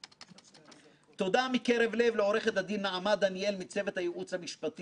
שבמקצועיות ובנעימות שכל כך מאפיינות אותה תרמה רבות להצלחת התהליך.